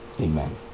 Amen